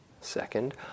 Second